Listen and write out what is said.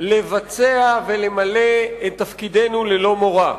לבצע ולמלא את תפקידנו ללא מורא.